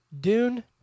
Dune